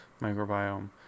microbiome